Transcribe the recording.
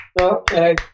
Okay